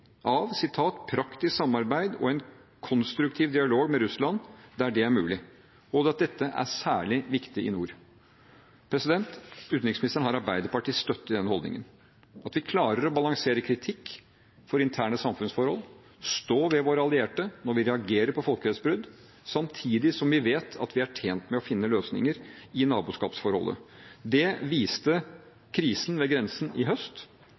av «praktisk samarbeid og en konstruktiv dialog med Russland, der det er mulig. Dette er særlig viktig i nord.» Utenriksministeren har Arbeiderpartiets støtte i den holdningen, at vi klarer å balansere kritikk for interne samfunnsforhold, stå ved våre allierte når vi reagerer på folkerettsbrudd, samtidig som vi vet at vi er tjent med å finne løsninger i naboskapsforholdet. Det viste krisen ved grensen i høst.